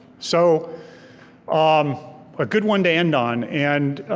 so um a good one to end on, and